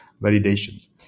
validation